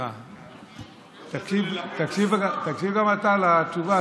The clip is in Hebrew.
סוסים זה דבר רציני,